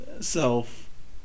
self